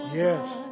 Yes